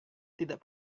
tidak